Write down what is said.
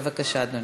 בבקשה, אדוני.